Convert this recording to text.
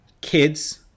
kids